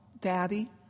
Daddy